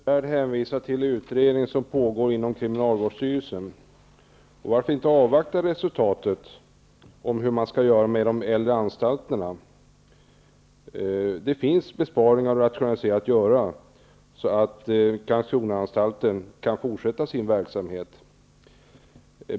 Herr talman! Anders Svärd hänvisar till en utredning som pågår inom kriminalvårdsstyrelsen och anser att vi skall avvakta resultatet av den i fråga om hur man skall göra med de äldre anstalterna. Det finns möjlighet till besparingar och rationaliseringar så att Karlskronaanstalten kan fortsätta sin verksamhet.